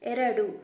ಎರಡು